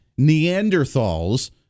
Neanderthals